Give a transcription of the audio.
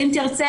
אם תרצה,